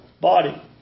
body